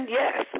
yes